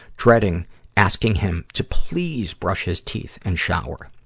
dreading asking him to please brush his teeth and shower.